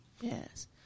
Yes